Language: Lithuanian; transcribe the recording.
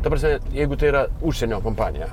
ta prasme jeigu tai yra užsienio kompanija